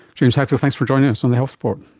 james hadfield, thanks for joining us on the health report.